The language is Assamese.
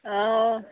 অঁ